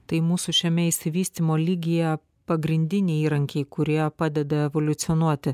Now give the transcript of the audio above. tai mūsų šiame išsivystymo lygyje pagrindiniai įrankiai kurie padeda evoliucionuoti